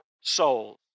soul